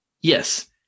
Yes